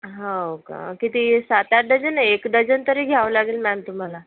हो का किती सात आठ डझन नाही एक डझन तरी घ्यावं लागेल मॅम तुम्हाला